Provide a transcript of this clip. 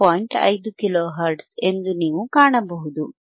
5 kilo hertz ಎಂದು ನೀವು ಕಾಣಬಹುದು